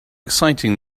exciting